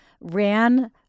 ran